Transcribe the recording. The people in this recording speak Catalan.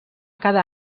cada